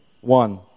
one